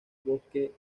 bosque